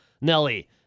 Nelly